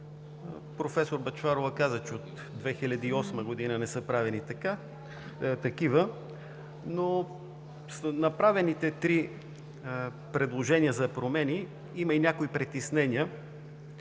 Професор Бъчварова каза, че от 2008 г. не са правени такива, но сред направените три предложения за промени има и някои притеснения.